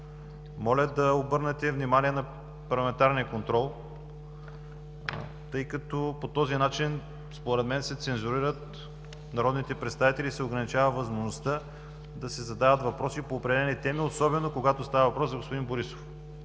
Моля да обърнете внимание на парламентарния контрол, тъй като по този начин според мен се цензурират народните представители и се ограничава възможността да се задават въпроси по определени теми, особено когато става въпрос за господин Борисов.